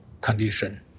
condition